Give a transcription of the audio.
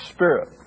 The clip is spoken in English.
Spirit